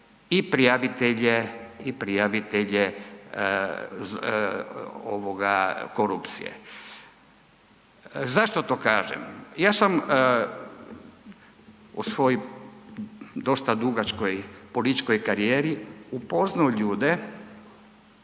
i prijavitelje ovoga korupcije. Zašto to kažem? Ja sam u svojoj dosta dugačkoj političkoj karijeri upoznao ljude